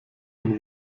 ein